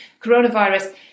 coronavirus